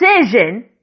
decision